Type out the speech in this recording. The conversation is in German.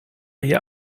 ihr